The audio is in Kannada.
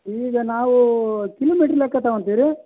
ಈಗ ನಾವು ಕಿಲೋಮೀಟ್ರ್ ಲೆಕ್ಕ ತಗೋಂತಿವಿ ರೀ